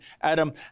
Adam